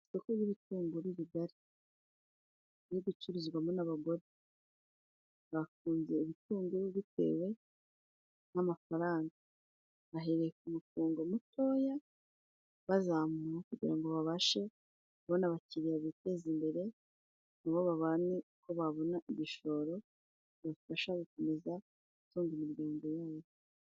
Isoko ry'ibitunguru rigari. Riri gucururizwamo n'abagore. Bafunze ibitunguru bitewe n'amafaranga bahereye ku mufungo mutoya bazamura kugira ngo babashe kubona abakiriya biteze imbere, na bo babane uko babona igishoro kibafasha gukomeza gutunga imiryango yabo.